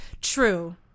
True